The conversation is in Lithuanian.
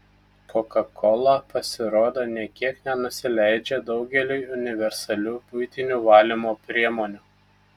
kokakola pasirodo nė kiek nenusileidžia daugeliui universalių buitinių valymo priemonių